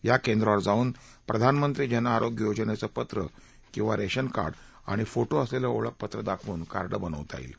या केंद्रावर जाऊन प्रधानमंत्री जनआरोग्य योजनेचे पत्र किंवा रेशन कार्ड आणि फोटो असलेले ओळखपत्र दाखवून कार्ड बनविता येईल